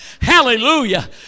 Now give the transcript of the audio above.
Hallelujah